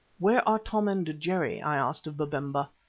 where are tom and jerry? i asked of babemba.